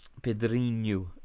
Pedrinho